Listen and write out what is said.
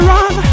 Run